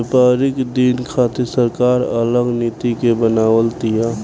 व्यापारिक दिन खातिर सरकार अलग नीति के बनाव तिया